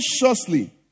consciously